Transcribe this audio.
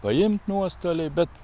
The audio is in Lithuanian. paimt nuostoliai bet